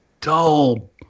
dull